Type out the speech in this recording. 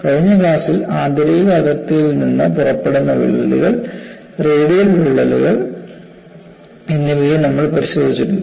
കഴിഞ്ഞ ക്ലാസ്സിൽ ആന്തരിക അതിർത്തിയിൽ നിന്ന് പുറപ്പെടുന്ന വിള്ളലുകൾ റേഡിയൽ വിള്ളലുകൾ എന്നിവയും നമ്മൾ പരിശോധിച്ചിട്ടുണ്ട്